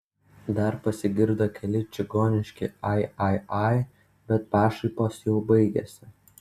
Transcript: dar pasigirdo keli čigoniški ai ai ai bet pašaipos jau baigėsi